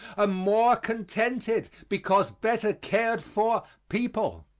a more contented because better cared for people.